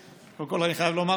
קודם כול אני חייב לומר,